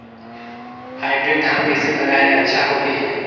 Hybrid धान कइसे लगाय ले अच्छा होही?